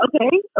okay